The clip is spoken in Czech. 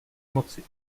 moci